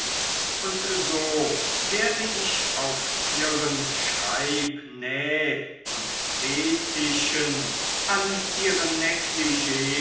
und so werde ich auf ihren schreib näh und teetischen an ihren